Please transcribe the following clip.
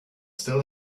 still